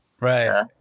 right